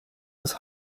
des